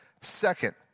second